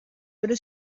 pero